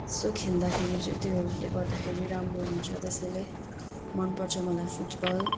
यसो खेल्दाखेरि चाहिँ त्योहरूले गर्दाखेरि राम्रो हुन्छ त्यसैले मनपर्छ मलाई फुटबल